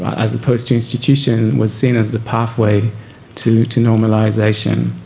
as opposed to institution, was seen as the pathway to to normalisation.